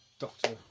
Doctor